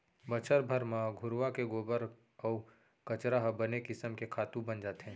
बछर भर म घुरूवा के गोबर अउ कचरा ह बने किसम के खातू बन जाथे